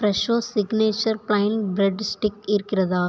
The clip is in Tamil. Fresho signature plain bread stick இருக்கிறதா